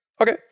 Okay